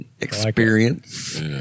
experience